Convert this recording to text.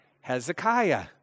Hezekiah